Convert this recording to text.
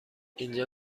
اینجا